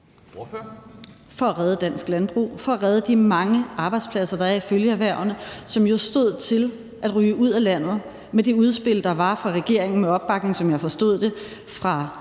for at redde danske landbrug, for at redde de mange arbejdspladser, der er i følgeerhvervene, som jo stod til at ryge ud af landet med det udspil, der var fra regeringen, med opbakning, som jeg forstod det, fra